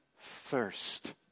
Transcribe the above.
Thirst